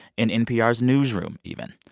in npr's newsroom, even.